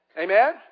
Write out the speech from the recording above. Amen